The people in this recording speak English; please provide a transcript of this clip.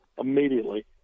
immediately